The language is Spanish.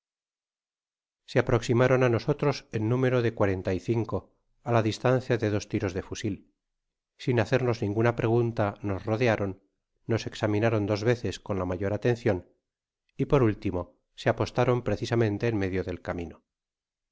se aproximaran á nosotros en número decuarenta y cinco á la distancia de dos tiros de fusil sin hacernos ninguna pregunta nos rodearon nos examinaron dos veces con la mayor atencion y por último se apostaron precisamente en medio del camino